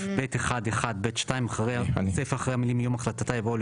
4 נגד, 7 נמנעים, אין לא